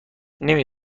نمی